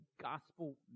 gospel